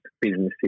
businesses